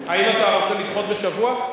האם אתה רוצה לדחות בשבוע?